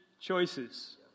choices